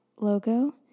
logo